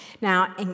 Now